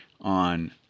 on